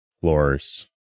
floors